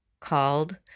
called